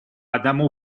одному